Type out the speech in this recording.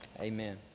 Amen